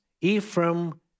Ephraim